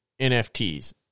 nfts